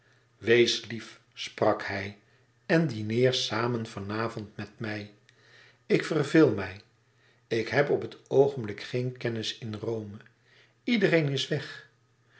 wees lief sprak hij en dineer samen van avond met mij ik verveel mij ik heb op het oogenblik geen kennis in rome iedereen is weg